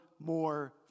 More